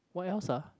white horse ah